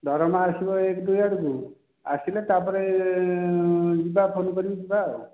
ଦରମା ଆସିବ ଏକ ଦୁଇ ଆଡ଼କୁ ଆସିଲେ ତା'ପରେ ଯିବା ଫୋନ୍ କରିକି ଯିବା ଆଉ